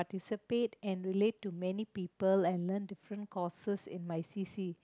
participate and relate to many people and learn different courses in my C_C